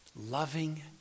loving